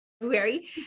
February